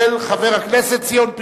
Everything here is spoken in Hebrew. של חבר הכנסת ציון פיניאן.